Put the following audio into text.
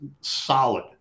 solid